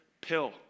pill